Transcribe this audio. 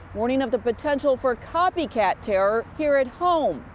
warning of the potential for copycat terror here at home.